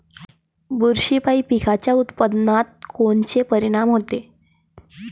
बुरशीपायी पिकाच्या उत्पादनात कोनचे परीनाम होते?